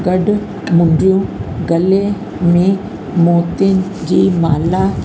गॾु मुंडियूं गले में मोतियुनि जी माला